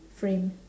frame